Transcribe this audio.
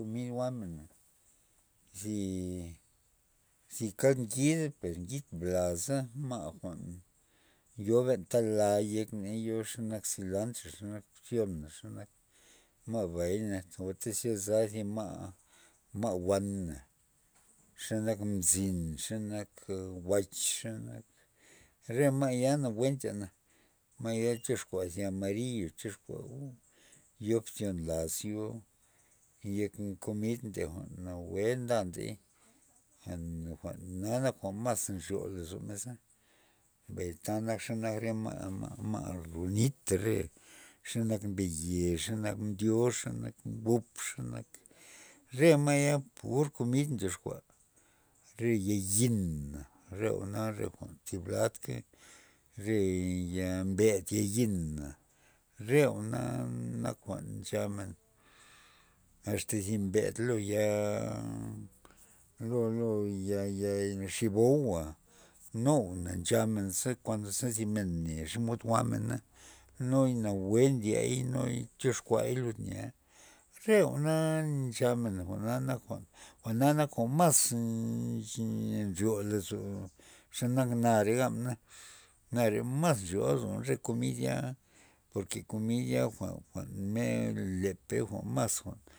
Re komid jwa'mena zi- zi kad ngid per ngid blaza, ma' jwa'n yo benta lay yek nek xenak silantra xenak bzyona xenak ma' bay na tyz go za thi ma' ma' wan na, xenak mzin xenak nak wach xe nak re ma' ya nawue ndyena, ma'ya tyoxkua zi amariyo tyoxkua yo bdzyon laz yo yej jwa'n komid jwa'n nawue nday jwa'na jwa'n mas nryo lozomen za mbay ta xe nak ma'-ma' ro nit re xe nak mbe ye xenak mdyuxa xenak mbup, re ma'ya pur komid ndyoxkua re yayina re jwa'na re thib lad key re ya mbed yayina re jwa'na nak jwa'n nchamen asta zi mbed lo ya lo ya- ya zi bou'a nu jwa'na nchamen za kuando ze thi me mne xomod jwa'mena nuy nawue ndiey nuy tyoxkuay lud re jwa'na ncha men jwa'na nak jwa'na nak jwa'n mas nn- nryo lozomen xe nak nare na nare mas nryo lozon re komid ya por ke komid ya jwa'n lepey jwa'n mas jwa'n.